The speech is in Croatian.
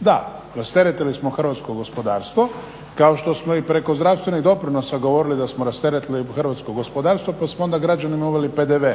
Da, rasteretili smo hrvatsko gospodarstvo kao što smo i preko zdravstvenih doprinosa govorili da smo rasteretili hrvatsko gospodarstvo pa smo onda građanima uveli PDV.